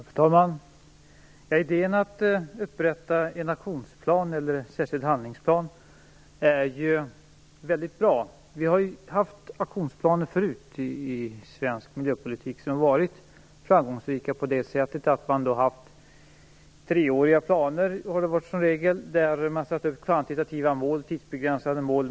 Fru talman! Idén att upprätta en aktionsplan eller särskild handlingsplan är väldigt bra. Vi har haft aktionsplaner förut i svensk miljöpolitik som varit framgångsrika. Det har som regel varit treåriga planer där man satt upp kvantitativa och tidsbegränsade mål.